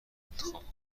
انتخاب